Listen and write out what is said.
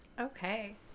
Okay